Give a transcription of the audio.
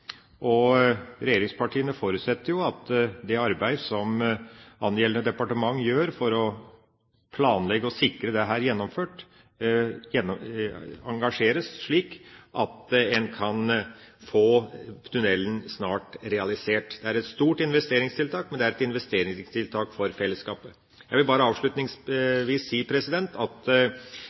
Regjeringspartiene forutsetter at det arbeid som angjeldende departement gjør for å planlegge og sikre at dette blir gjennomført, engasjeres slik at en snart kan få tunnelen realisert. Det er et stort investeringstiltak, men det er et investeringstiltak for fellesskapet. Jeg vil bare avslutningsvis si at